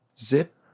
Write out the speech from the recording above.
Zip